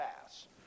Pass